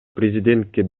президентке